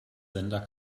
sender